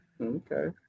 Okay